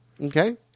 Okay